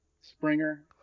springer